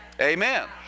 Amen